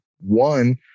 One